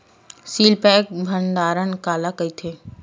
Seal pack भंडारण काला कइथे?